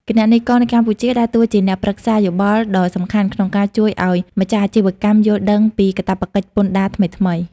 ការប្រើប្រាស់ប្រព័ន្ធគ្រប់គ្រងការដាក់លិខិតប្រកាសពន្ធប្រចាំខែបានជួយកាត់បន្ថយការចំណាយពេលវេលា និងការធ្វើដំណើរទៅកាន់សាខាពន្ធដារ។